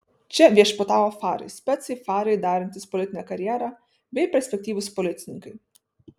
čia viešpatavo farai specai farai darantys politinę karjerą bei perspektyvūs policininkai